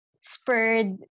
spurred